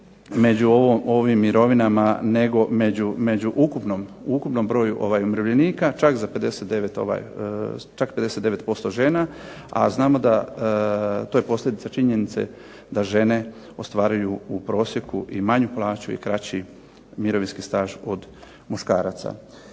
među ovim mirovina nego među ukupnim brojem umirovljenika, čak 59% žena, a znamo da je to posljedica činjenice da žene ostvaruju u prosjeku i manju plaću i kraći mirovinski staž od muškaraca.